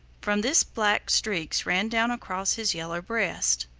from this black streaks ran down across his yellow breast.